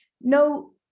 no